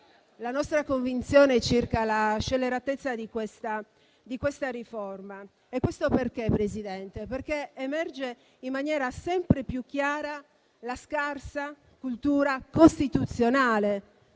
la nostra convinzione circa la scelleratezza di questa riforma. Infatti, signora Presidente, emerge in maniera sempre più chiara la scarsa cultura costituzionale